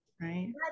right